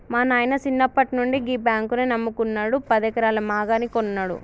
మా నాయిన సిన్నప్పట్నుండి గీ బాంకునే నమ్ముకున్నడు, పదెకరాల మాగాని గొన్నడు